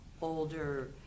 older